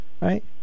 right